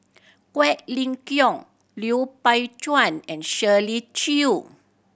Quek Ling Kiong Lui Pao Chuen and Shirley Chew